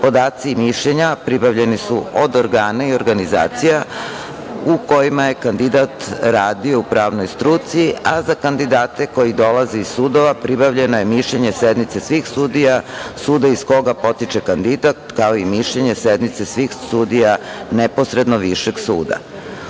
Podaci i mišljenja pribavljani su od organa i organizacija u kojima je kandidat radio u pravnoj struci, a za kandidate koji dolaze iz sudova pribavljeno je mišljenje sednice svih sudija suda iz koga potiče kandidat kao i mišljenje sednice svih sudija neposredno Višeg suda.U